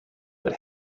but